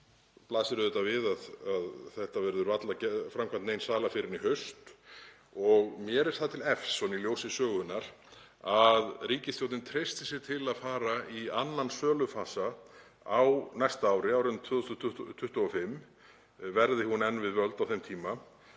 blasir auðvitað við að varla verður framkvæmd nein sala fyrr en í haust. Mér er það til efs í ljósi sögunnar að ríkisstjórnin treysti sér til að fara í annan sölufasa á næsta ári, á árinu 2025, verði hún enn við völd á þeim tíma,